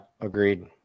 Agreed